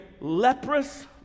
leprous